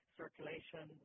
circulation